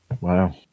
Wow